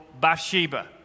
Bathsheba